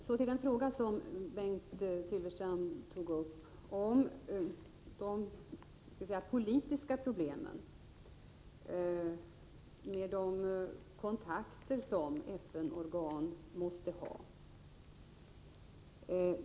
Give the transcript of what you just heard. Så till den fråga som Bengt Silfverstrand här tog upp — de politiska problemen med de kontakter som FN-organ måste ha.